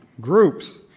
groups